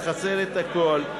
לחסל את הכול,